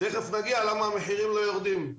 תכף נגיע לשאלה למה המחירים לא יורדים.